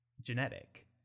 genetic